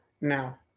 Now